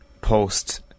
post